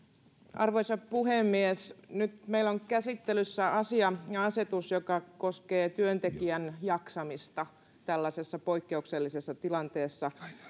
arvoisa puhemies nyt meillä on käsittelyssä asia ja asetus joka koskee työntekijän jaksamista tällaisessa poikkeuksellisessa tilanteessa